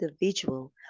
individual